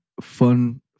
fun